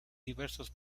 diversos